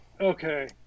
Okay